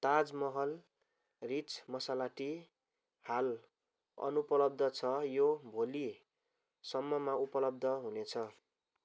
ताज Mahal rich masala tea हाल अनुपलब्ध छ यो भोलि सम्ममा उपलब्ध हुनेछ